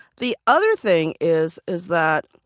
the other thing is is that,